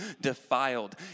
defiled